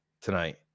tonight